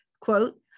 quote